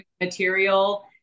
material